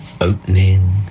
opening